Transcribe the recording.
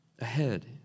ahead